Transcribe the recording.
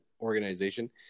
organization